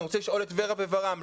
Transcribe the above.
אני רוצה לשאול את ור"ה וור"מ,